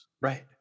Right